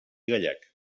gallec